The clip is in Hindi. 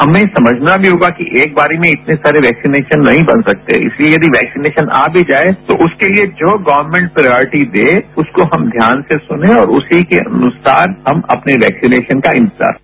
हमें समझना भी होगा कि एक बार में इतने वैक्सीनेशन नहीं बन सकते इस लिए वैक्सीनेशन आ भी जाये तो उसके लिए जो गर्वमेंट प्रॉयटी दे उसको ध्यान से सुनें और उसी के अनुसार हम अपने वैक्सीनेशन का इंतजार करें